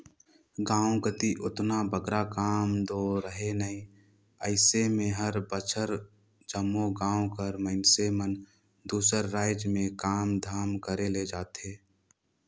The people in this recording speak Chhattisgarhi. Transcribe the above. गाँव कती ओतना बगरा काम दो रहें नई अइसे में हर बछर जम्मो गाँव कर मइनसे मन दूसर राएज में काम धाम करे ले जाथें